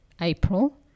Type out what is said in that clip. April